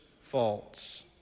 faults